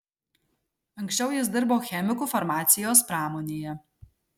anksčiau jis dirbo chemiku farmacijos pramonėje